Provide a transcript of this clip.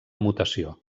mutació